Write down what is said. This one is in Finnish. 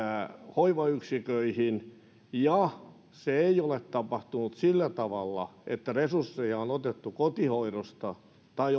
hoivayksiköihin ja se ei ole tapahtunut sillä tavalla että resursseja on otettu kotihoidosta tai